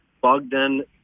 Bogdan